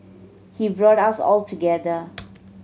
he brought us all together